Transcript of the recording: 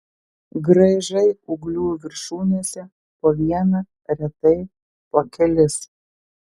graižai ūglių viršūnėse po vieną retai po kelis